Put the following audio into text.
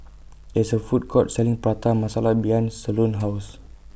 There IS A Food Court Selling Prata Masala behind Solon's House